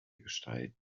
gestalten